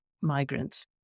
migrants